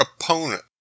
opponent